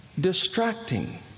distracting